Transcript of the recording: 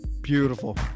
Beautiful